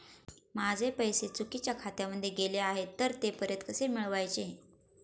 माझे पैसे चुकीच्या खात्यामध्ये गेले आहेत तर ते परत कसे मिळवायचे?